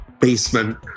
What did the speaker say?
basement